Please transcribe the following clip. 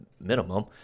minimum